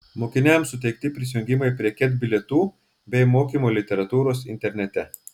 mokiniams suteikti prisijungimai prie ket bilietų bei mokymo literatūros internete